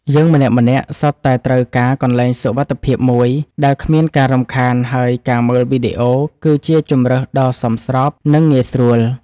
យើងម្នាក់ៗសុទ្ធតែត្រូវការកន្លែងសុវត្ថិភាពមួយដែលគ្មានការរំខានហើយការមើលវីដេអូគឺជាជម្រើសដ៏សមស្របនិងងាយស្រួល។